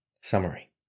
Summary